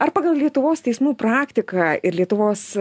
ar pagal lietuvos teismų praktiką ir lietuvos